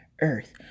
earth